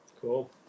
Cool